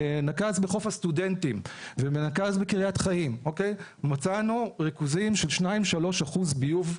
בנקז בחוף הסטודנטים ובנקז בקריית חיים מצאנו ריכוזים של 2% 3% ביוב.